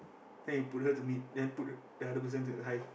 then he put her to mid then put the other person to the high